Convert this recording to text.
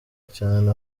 cyane